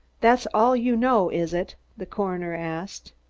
that's all you know, is it? the coroner asked.